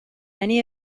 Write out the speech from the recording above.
many